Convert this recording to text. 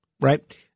right